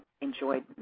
enjoyed